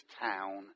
town